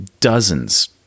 dozens